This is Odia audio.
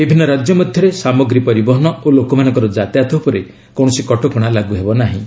ବିଭିନ୍ନ ରାଜ୍ୟ ମଧ୍ୟରେ ସାମଗ୍ରୀ ପରିବହନ ଓ ଲୋକମାନଙ୍କର ଯାତାୟାତ ଉପରେ କୌଣସି କଟକଣା ଲାଗୁ ହେବ ନାହିଁ